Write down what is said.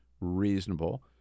Reasonable